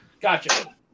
Gotcha